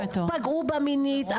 פגעו בה מינית,